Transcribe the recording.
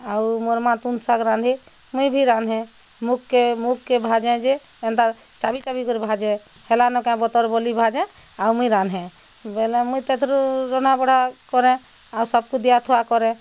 ଆଉ ମୋର୍ ମାଆ ତୁନ୍ ଶାଗ୍ ରାନ୍ଧେ ମୁଇଁ ଭି ରାନ୍ଧେ ମୁଗ୍ କେ ମୁଗ୍ କେ ଭାଜେ ଯେ ଏନ୍ତା ଚାବି ଚାବି କରି ଭାଜେ ହେଲାନକେ ବତର୍ ବଲି ଭାଜେଁ ଆଉ ମୁଇଁ ରାନ୍ଧେ ବଲେ ମୁଇଁ ତେଥରୁଁ ରନ୍ଧାବଢ଼ା କରେଁ ଆଉ ସବକୁଁ ଦିଆଥୁଆଁ କରେଁ